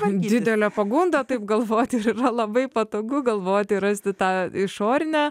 man didelę pagundą taip galvoti ir yra labai patogu galvoti rasti tą išorinę